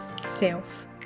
self